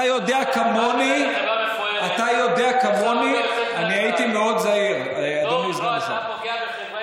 אתה יודע כמוני, חברת אל על זו חברה